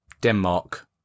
Denmark